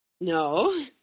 No